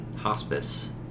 hospice